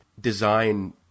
design